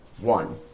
One